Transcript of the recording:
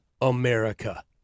America